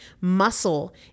Muscle